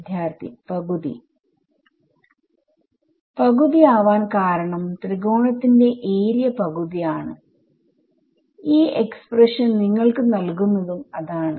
വിദ്യാർത്ഥി പകുതി പകുതിയാവാൻ കാരണം ത്രികോണത്തിന്റെ ഏരിയ പകുതി ആണ് ഈ എക്സ്പ്രഷൻനിങ്ങൾക്ക് നൽകുന്നതും അതാണ്